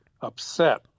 upset